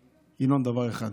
ינון, דבר אחד: